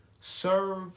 Serve